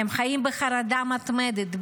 הם חיים בחרדה מתמדת,